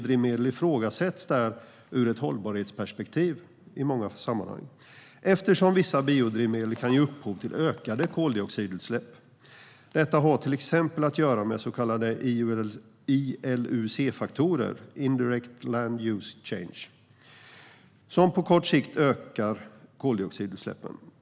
Där ifrågasätts biodrivmedel ur ett hållbarhetsperspektiv i många sammanhang, eftersom vissa biodrivmedel kan ge upphov till ökade koldioxidutsläpp. Detta har till exempel att göra med så kallade ILUC-faktorer, indirect land use change, som på kort sikt ökar koldioxidutsläppen.